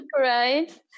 Right